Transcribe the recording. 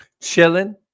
Chilling